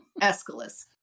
Aeschylus